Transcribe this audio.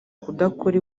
kudakora